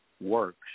works